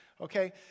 okay